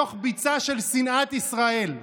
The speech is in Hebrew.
בתוך ביצה של שנאת ישראל.